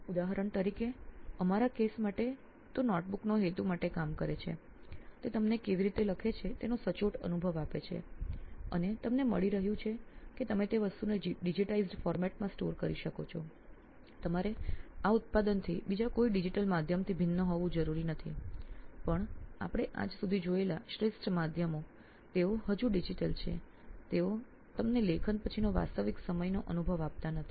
ઉદાહરણ તરીકે અમારા કેસ માટે તે નોટબુકના હેતુ માટે કામ કરે છે તે તમને કેવી રીતે લખે છે તેનો સચોટ અનુભવ આપે છે અને તમને મળી રહ્યું છે કે તમે તે વસ્તુને ડિજિટાઇઝ્ડ ફોર્મેટમાં સ્ટોર કરી શકો છો તમારે આ ઉત્પાદનથી બીજા કોઈ ડિજિટલ માધ્યમથી ભિન્ન હોવું જરૂરી નથી પણ આપણે આજ સુધી જોયેલા શ્રેષ્ઠ માધ્યમો તેઓ હજી ડિજિટલ છે તેઓ તમને લેખન પછીનો વાસ્તવિક સમયનો અનુભવ આપતા નથી